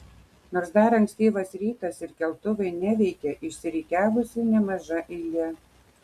nors dar ankstyvas rytas ir keltuvai neveikia išsirikiavusi nemaža eilė